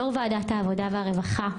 יו"ר ועדת העבודה והרווחה,